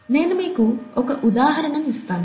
నేను మీకు ఒక ఉదాహరణ ఇస్తాను